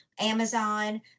Amazon